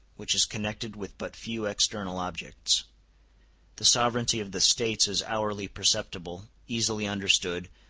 which is connected with but few external objects the sovereignty of the states is hourly perceptible, easily understood,